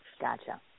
Gotcha